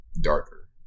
darker